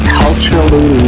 culturally